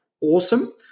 awesome